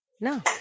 no